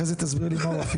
אחרי זה תסביר לי מה זה הפיכה.